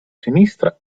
sinistra